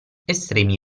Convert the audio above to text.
estremi